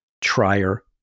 trier